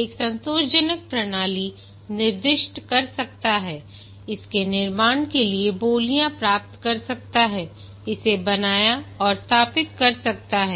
एक संतोषजनक प्रणाली निर्दिष्ट कर सकता है इसके निर्माण के लिए बोलियां प्राप्त कर सकता है इसे बनाया और स्थापित कर सकता है